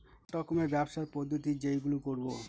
এক রকমের ব্যবসার পদ্ধতি যেইগুলো করবো